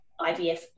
IVF